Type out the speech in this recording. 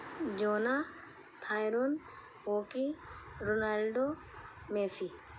جونا تھائرون okay Ronaldo Messi